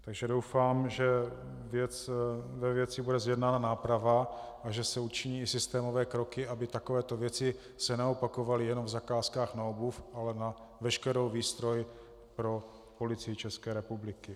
Takže doufám, že ve věci bude zjednána náprava a že se učiní systémové kroky, aby takovéto věci se neopakovaly jenom v zakázkách na obuv, ale na veškerou výstroj pro Policii České republiky.